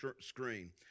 screen